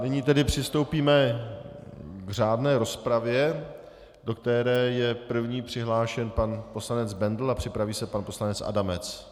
Nyní přistoupíme k řádné rozpravě, do které je první přihlášen pan poslanec Bendl, připraví se pan poslanec Adamec.